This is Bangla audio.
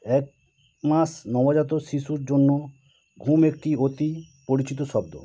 এক মাস নবজাত শিশুর জন্য ঘুম একটি অতি পরিচিত শব্দ